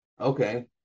Okay